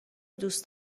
دوست